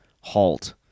halt